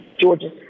Georgia